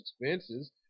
expenses